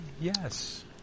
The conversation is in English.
Yes